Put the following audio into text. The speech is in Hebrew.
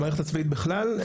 במערכת הצבאית בכלל?